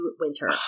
winter